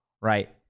right